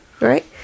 right